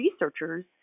researchers